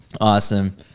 Awesome